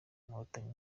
inkotanyi